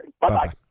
Bye-bye